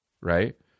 Right